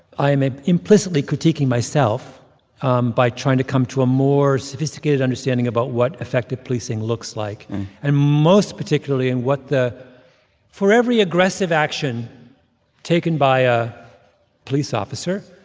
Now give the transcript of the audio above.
i am ah implicitly critiquing myself um by trying to come to a more sophisticated understanding understanding about what effective policing looks like and, most particularly, in what the for every aggressive action taken by a police officer,